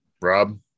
Rob